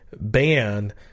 ban